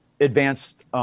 advanced –